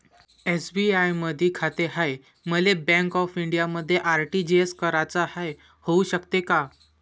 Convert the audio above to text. SBI मधी खाते हाय, मले बँक ऑफ इंडियामध्ये आर.टी.जी.एस कराच हाय, होऊ शकते का?